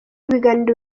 ibiganiro